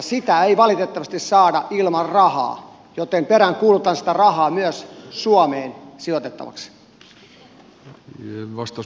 sitä ei valitettavasti saada ilman rahaa joten peräänkuulutan sitä rahaa myös suomeen sijoitettavaksi